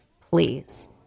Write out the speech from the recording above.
please